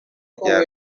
rya